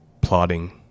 plotting